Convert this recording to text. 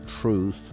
Truth